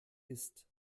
ist